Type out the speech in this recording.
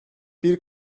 bir